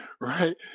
right